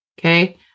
Okay